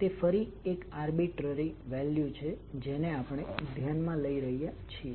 તે ફરી એક આર્બીટ્રરી વેલ્યુ છે જેને આપણે ધ્યાનમાં લઈ રહ્યા છીએ